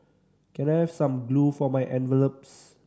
can I have some glue for my envelopes